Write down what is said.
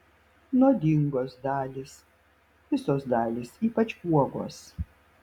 nuodingos dalys visos dalys ypač uogos